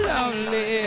Lonely